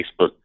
Facebook